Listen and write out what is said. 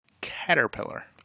Caterpillar